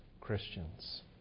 Christians